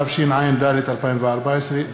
התשע"ד 2014,